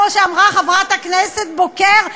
כמו שאמרה חברת הכנסת בוקר,